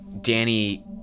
Danny